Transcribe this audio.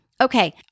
Okay